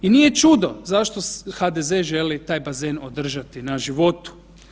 I nije čudo zašto HDZ želi taj bazen održati na životu.